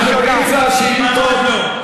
אנחנו באמצע השאילתות.